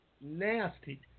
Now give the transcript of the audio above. nasty